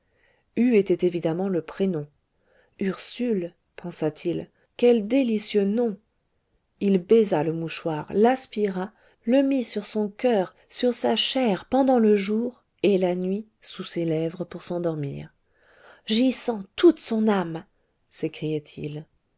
u était évidemment le prénom ursule pensa-t-il quel délicieux nom il baisa le mouchoir l'aspira le mit sur son coeur sur sa chair pendant le jour et la nuit sous ses lèvres pour s'endormir j'y sens toute son âme s'écriait-il